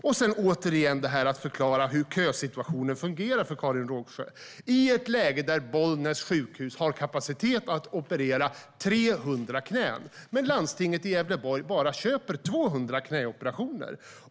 Jag vill återigen förklara för Karin Rågsjö hur kösituationen fungerar. Bollnäs sjukhus har kapacitet att operera 300 knän, men landstinget i Gävleborg köper bara 200 knäoperationer.